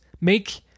make